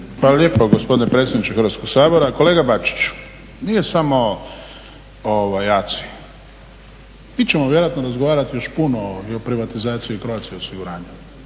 Hvala lijepo gospodine predsjedniče Hrvatskog sabora. Kolega Bačiću, nije samo ACI. Mi ćemo vjerojatno razgovarati još puno i o privatizaciji Croatia osiguranja.